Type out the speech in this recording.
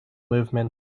movement